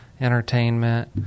entertainment